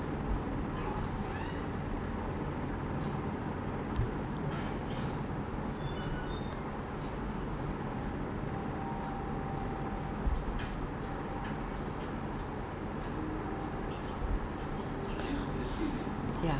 ya